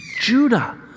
Judah